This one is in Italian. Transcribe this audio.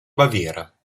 baviera